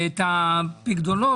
ואת הפקדונות,